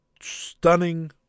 stunning